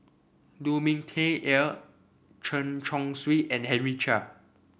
Lu Ming Teh Earl Chen Chong Swee and Henry Chia